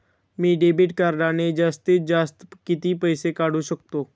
मी debit कार्डने जास्तीत जास्त किती पैसे काढू शकतो?